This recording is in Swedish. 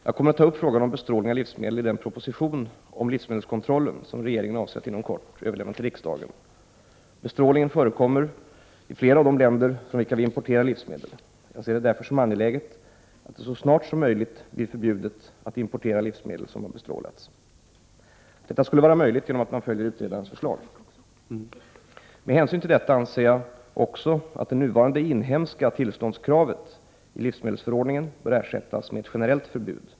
Jag kommer att ta upp frågan om bestrålning av livsmedel i den proposition om livsmedelskontrollen som regeringen avser att inom kort överlämna till riksdagen. Bestrålning förekommer i flera av de länder från vilka vi importerar livsmedel. Jag ser det därför som angeläget att det så snart som möjligt blir förbjudet att importera livsmedel som har bestrålats. Detta skulle vara möjligt genom att man följer utredarens förslag. Med hänsyn till detta anser jag också att det nuvarande inhemska tillståndskravet i livsmedelsförordningen bör ersättas med ett generellt förbud.